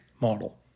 model